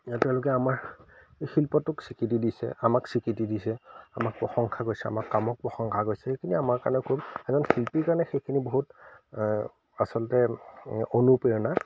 তেওঁলোকে আমাৰ এই শিল্পটোক স্বীকৃতি দিছে আমাক স্বীকৃতি দিছে আমাক প্ৰশংসা কৰিছে আমাক কামক প্ৰশংসা কৰিছে সেইখিনি আমাৰ কাৰণে খুব এজন শিল্পীৰ কাৰণে সেইখিনি বহুত আচলতে অনুপ্ৰেৰণা